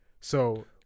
So-